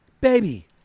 baby